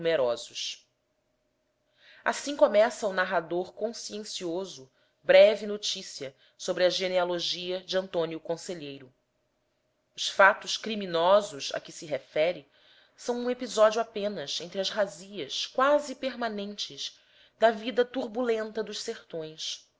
numerosos assim começa o narrador consciencioso breve notícia sobre a genealogia de antônio conselheiro os fatos criminosos a que se refere são um episódio apenas entre as razzias quase permanentes da vida turbulenta dos sertões